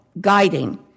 guiding